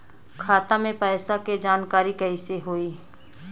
खाता मे पैसा के जानकारी कइसे होई?